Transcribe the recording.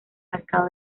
mercado